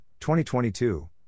2022